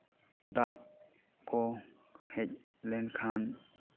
ᱫᱟᱜ ᱠᱚ ᱦᱮᱡ ᱞᱮᱱᱠᱷᱟᱱ